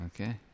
Okay